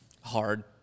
hard